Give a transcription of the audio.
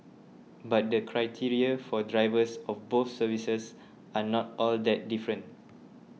but the criteria for drivers of both services are not all that different